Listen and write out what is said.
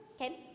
Okay